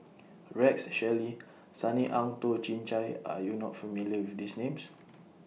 Rex Shelley Sunny Ang Toh Chin Chye Are YOU not familiar with These Names